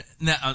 Now